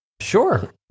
Sure